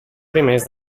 primers